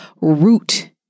root